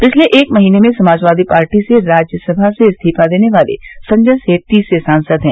पिछले एक महीने में समाजवादी पार्टी से राज्यसभा से इस्तीफा देने वाले संजय सेठ तीसरे सांसद हैं